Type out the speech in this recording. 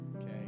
okay